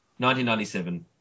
1997